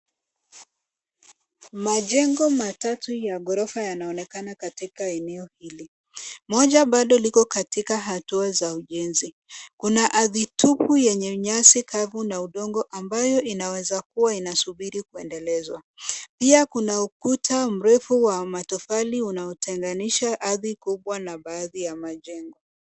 Majengo matatu ya ghorofa yanaonekana katika eneo hili. Moja bado liko katika hatua za ujenzi. Kuna ardhi tupu yenye nyasi kavu na udongo ambayo inaweza kuwa inasubiri kuendelezwa. Pia kuna ukuta mrefu wa matofali unaotengenisha ardhi kubwa na baadhi ya majengo.